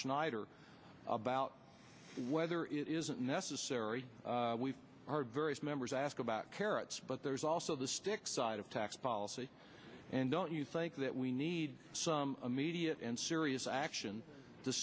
schneider about whether it isn't necessary we've heard various members ask about carrots but there's also the stick side of tax policy and don't you think that we need some immediate and serious action to